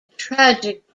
tragic